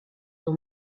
dans